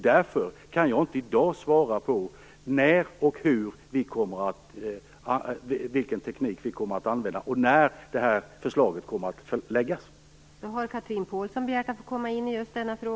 Därför kan jag inte i dag svara på vilken teknik vi kommer att använda och när förslaget kommer att läggas fram.